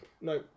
No